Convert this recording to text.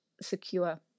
secure